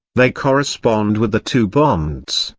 they correspond with the two bonds,